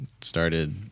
started